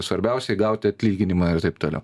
svarbiausiai gauti atlyginimą ir taip toliau